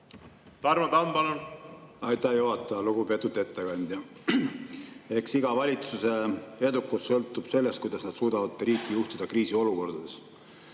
Tarmo Tamm, palun! Aitäh, juhataja! Lugupeetud ettekandja! Eks iga valitsuse edukus sõltub sellest, kuidas nad suudavad riiki juhtida kriisiolukordades.